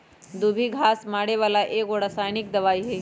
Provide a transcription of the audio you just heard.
दुभी घास मारे बला एगो रसायनिक दवाइ हइ